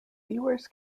viewers